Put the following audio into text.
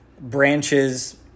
branches